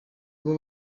abo